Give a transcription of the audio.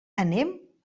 anem